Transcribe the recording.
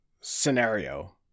scenario